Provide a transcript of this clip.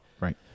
Right